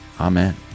Amen